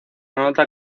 nota